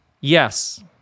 Yes